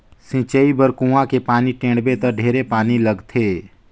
सिंचई बर कुआँ के पानी टेंड़बे त ढेरे पानी लगथे